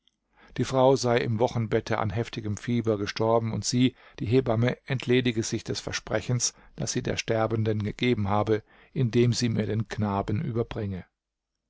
die frau sei im wochenbette an heftigem fieber gestorben und sie die hebamme entledige sich des versprechens das sie der sterbenden gegeben habe indem sie mir den knaben überbringe